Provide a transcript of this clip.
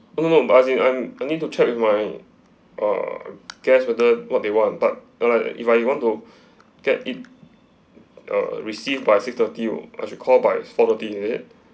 oh no no but as in I'm I need to check with my uh guests whether what they want but like if I want to get it uh received by six-thirty oh as you call by four-thirty is it